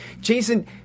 Jason